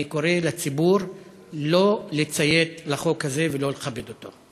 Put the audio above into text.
אני קורא לציבור לא לציית לחוק הזה ולא לכבד אותו.